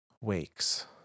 wakes